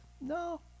No